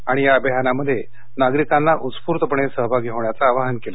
आणि या अभियानांमध्ये नागरिकांनी उत्स्फूर्तपणे सहभागी होण्याचं आवाहन केलं